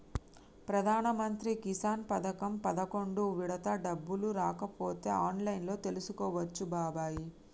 ప్రధానమంత్రి కిసాన్ పథకం పదకొండు విడత డబ్బులు రాకపోతే ఆన్లైన్లో తెలుసుకోవచ్చు బాబాయి